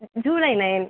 July nine